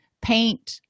paint